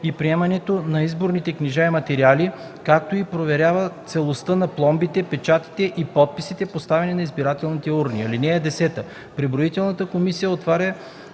и приемането на изборните книжа и материали, както и проверява целостта на пломбите, печатите и подписите, поставени на избирателните урни. (10) Преброителната комисия отваря